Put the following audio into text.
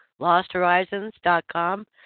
LostHorizons.com